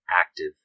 active